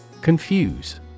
Confuse